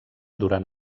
durant